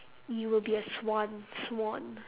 you would be a swan swan